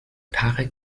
tarek